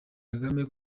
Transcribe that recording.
kagame